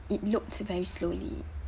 it loads very slowly